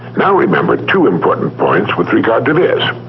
now remember two important points with regard to this.